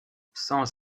sans